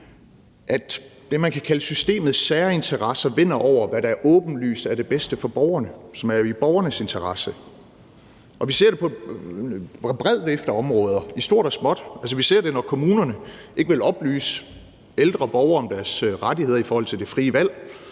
at det, man kan kalde systemets særinteresser, vinder over, hvad der åbenlyst er det bedste for borgerne; det, som er i borgernes interesse. Og vi ser det på en bred vifte af områder i stort og småt. Kl. 15:28 Vi ser det, når kommunerne ikke vil oplyse ældre borgere om deres rettigheder i forhold til det frie valg,